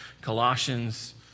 Colossians